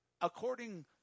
according